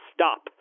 Stop